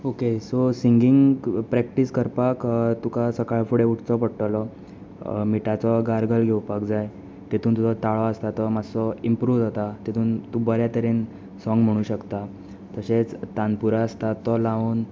okay so singing क् practice करपाक तुका सकाळ फुडें उटचो पडटलो मिटाचो गार्गल घेवपाक जाय तेतून तुजो ताळो आसता तो मातसो इम्प्रूव जाता तेतून तूं बऱ्या तरेन सॉंग म्हुणू शकता तशेंच तानपुरा आसता तो लावन